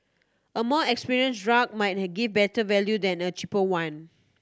a more drug might give better value than a cheaper one